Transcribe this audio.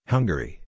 Hungary